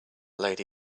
lady